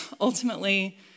ultimately